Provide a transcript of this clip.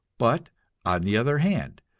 but on the other hand,